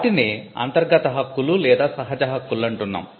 వాటినే అంతర్గత హక్కులు లేదా సహజ హక్కులు అంటున్నాము